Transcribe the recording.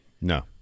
No